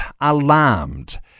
alarmed